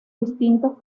distintos